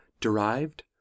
derived